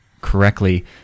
correctly